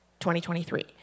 2023